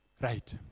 Right